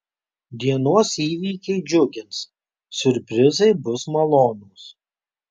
dienos įvykiai džiugins siurprizai bus malonūs